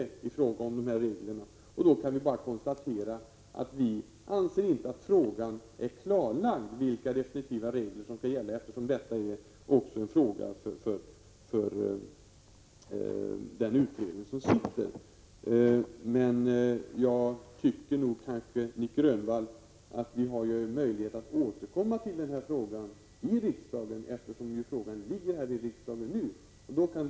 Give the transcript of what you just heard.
Vi kan också konstatera att vi inte anser att det är klarlagt vilka regler som definitivt skall gälla, eftersom frågan behandlas av den sittande utredningen. Det är ju så, Nic Grönvall, att vi har möjlighet att återkomma till frågan i riksdagen, eftersom den ju ligger här för närvarande.